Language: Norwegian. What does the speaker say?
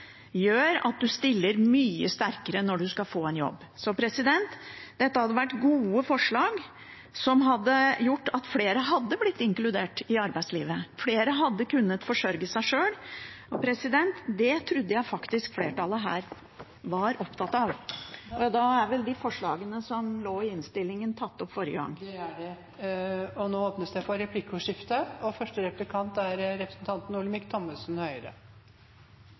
gjør at man stiller mye sterkere når man skal få jobb. Dette er gode forslag som hadde gjort at flere hadde blitt inkludert i arbeidslivet, og at flere hadde kunnet forsørge seg sjøl. Det trodde jeg faktisk flertallet her var opptatt av. Det blir replikkordskifte. SV har en godt gjennomarbeidet innvandrings- og integreringspolitikk. Det skal de ha. Men det jeg savner fra SV, er kanskje litt mer refleksjon og